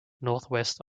northwest